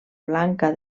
blanca